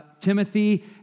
Timothy